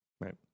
Right